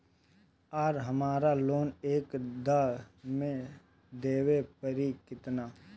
आर हमारा लोन एक दा मे देवे परी किना?